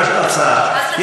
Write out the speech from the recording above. אז תתחיל עם קריאה ראשונה,